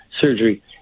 surgery